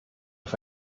auf